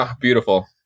beautiful